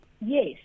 Yes